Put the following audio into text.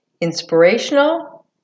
inspirational